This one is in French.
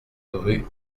rue